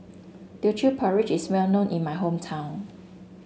Teochew Porridge is well known in my hometown